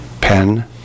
pen